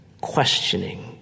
questioning